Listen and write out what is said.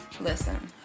listen